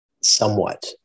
somewhat